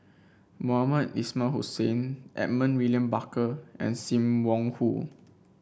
Mohamed Ismail Hussain Edmund William Barker and Sim Wong Hoo